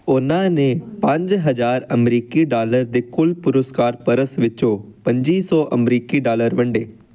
ਉਨ੍ਹਾਂ ਨੇ ਪੰਜ ਹਜ਼ਾਰ ਅਮਰੀਕੀ ਡਾਲਰ ਦੇ ਕੁੱਲ ਪੁਰਸਕਾਰ ਪਰਸ ਵਿੱਚੋਂ ਪੰਝੀ ਸੌ ਅਮਰੀਕੀ ਡਾਲਰ ਵੰਡੇ